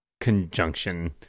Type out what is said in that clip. Conjunction